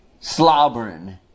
slobbering